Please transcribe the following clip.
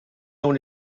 dans